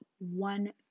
one